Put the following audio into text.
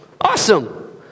awesome